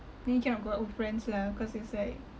then you cannot go out with friends lah cause it's like